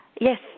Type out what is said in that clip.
Yes